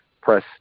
press